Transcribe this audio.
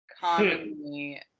commonly